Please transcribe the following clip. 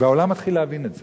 והעולם מתחיל להבין את זה.